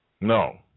No